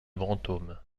brantôme